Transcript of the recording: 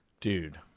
Dude